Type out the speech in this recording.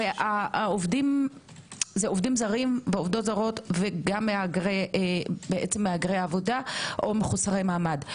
הרי זה עובדים זרים ועובדות זרות ומהגרי עבודה או מחוסרי מעמד.